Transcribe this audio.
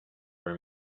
were